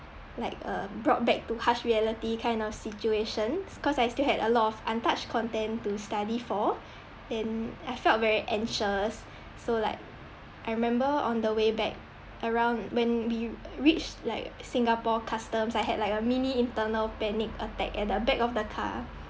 like a brought back to harsh reality kind of situation cause I still had a lot of untouched content to study for then I felt very anxious so like I remember on the way back around when we reach like singapore customs I had like a mini internal panic attack at the back of the car